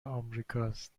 امریکاست